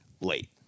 late